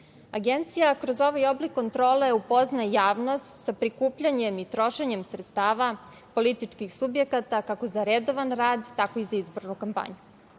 Agencija kroz ovaj oblik kontrole upoznaje javnost sa prikupljanjem i trošenjem sredstava političkih subjekata, kako za redovan rad, tako i za izbornu kampanju.U